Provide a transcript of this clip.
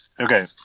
okay